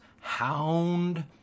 hound